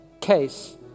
case